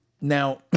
Now